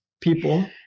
people